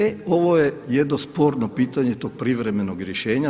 E ovo je jedno sporno pitanje tog privremenog rješenja.